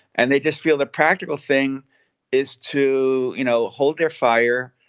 and they just feel the practical thing is to, you know, hold their fire,